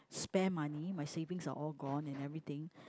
spare money my savings are all gone and everything